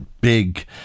big